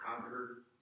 conquer